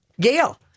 Gail